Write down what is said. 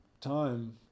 time